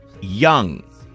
Young